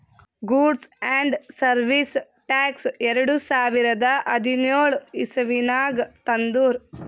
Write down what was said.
goods and service tax ಎರಡು ಸಾವಿರದ ಹದಿನ್ಯೋಳ್ ಇಸವಿನಾಗ್ ತಂದುರ್